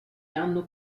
hanno